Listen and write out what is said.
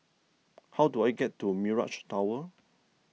how do I get to Mirage Tower